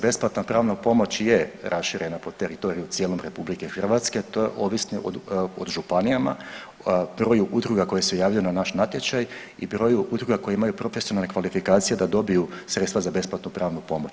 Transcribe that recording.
Besplatna pravna pomoć je raširena po teritoriju cijelom RH to ovisi o županijama, broju udruga koje se javljaju na naš natječaj i broju udruga koje imaju profesionalne kvalifikacije da dobiju sredstva za besplatnu pravnu pomoć.